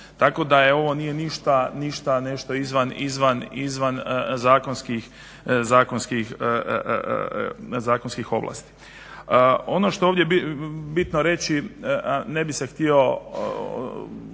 Tako da ovo nije ništa nešto izvan zakonskih ovlasti. Ono što je ovdje bitno reći, ne bih se htio što